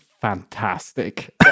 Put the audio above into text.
fantastic